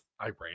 Iran